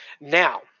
Now